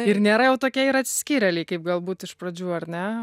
ir nėra jau tokie ir atsiskyrėliai kaip galbūt iš pradžių ar ne